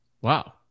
Wow